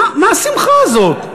מה השמחה הזאת?